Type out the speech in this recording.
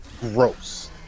gross